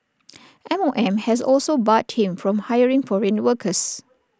M O M has also barred him from hiring foreign workers